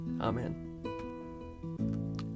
Amen